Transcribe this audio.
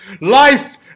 Life